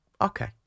Okay